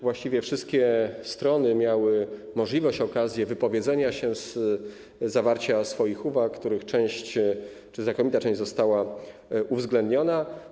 Właściwie wszystkie strony miały możliwość wypowiedzenia się, zgłoszenia swoich uwag, których część czy znakomita część została uwzględniona.